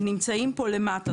הם נמצאים פה למטה.